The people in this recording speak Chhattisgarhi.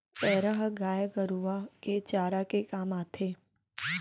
पैरा ह गाय गरूवा के चारा के काम आथे